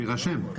שיירשם.